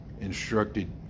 instructed